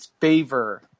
favor